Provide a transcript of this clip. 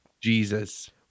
jesus